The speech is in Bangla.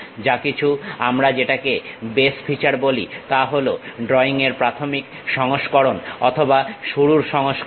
যা কিছু আমরা যেটাকে বেস ফিচার বলি তা হলো ড্রইং এর প্রাথমিক সংস্করণ অথবা শুরুর সংস্করণ